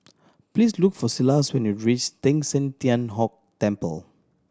please look for Silas when you reach Teng San Tian Hock Temple